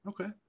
Okay